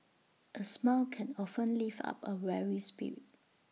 A smile can often lift up A weary spirit